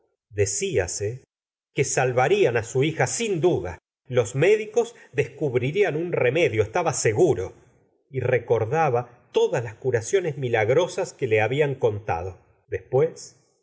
sudor deciase que salvarían á su hija sin duda los médicos descubrirían un remedio estaba seguro y recordaba todas las curaciones milagrosas que le habían contado después